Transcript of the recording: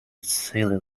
silly